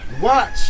watch